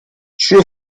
suo